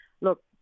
look